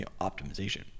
optimization